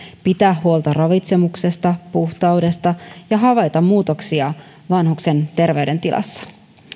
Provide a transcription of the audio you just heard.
pitää huolta ravitsemuksesta puhtaudesta ja havaita muutoksia vanhuksen terveydentilassa